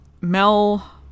mel